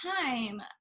time